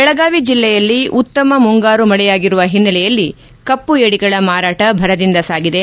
ಬೆಳಗಾವಿ ಜಿಲ್ಲೆಯಲ್ಲಿ ಉತ್ತಮ ಮುಂಗಾರು ಮಳೆಯಾಗಿರುವ ಹಿನ್ನೆಲೆಯಲ್ಲಿ ಕಪ್ಪು ಏಡಿಗಳ ಮಾರಾಟ ಭರದಿಂದ ಸಾಗಿದೆ